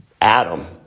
Adam